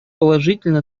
положительно